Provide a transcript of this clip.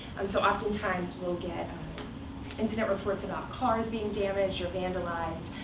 um so oftentimes, we'll get incident reports about cars being damaged or vandalized,